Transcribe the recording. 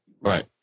Right